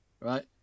right